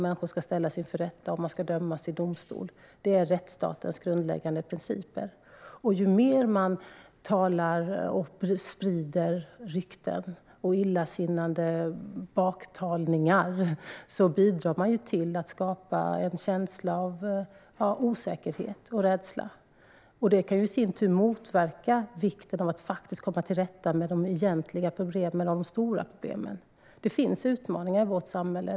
Människor ska ställas inför rätta och dömas i domstol. Detta är rättsstatens grundläggande principer. När man sprider rykten och illasinnat baktal bidrar man till att skapa en känsla av osäkerhet och rädsla. Detta kan i sin tur motverka vikten av att komma till rätta med de egentliga och stora problemen. Det finns utmaningar i vårt samhälle.